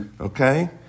okay